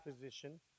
position